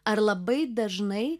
ar labai dažnai